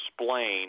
explain